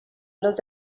los